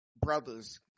brothers